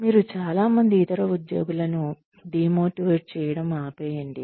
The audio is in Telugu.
మీరు చాలా మంది ఇతర ఉద్యోగులను డీమోటివెట్ చేయడం ఆపేయండి